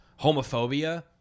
homophobia